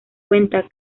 cuenta